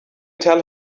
tell